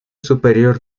superior